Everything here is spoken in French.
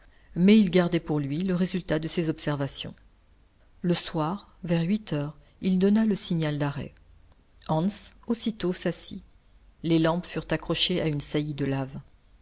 mais il gardait pour lui le résultat de ses observations le soir vers huit heures il donna le signal d'arrêt hans aussitôt s'assit les lampes furent accrochées à une saillie de lave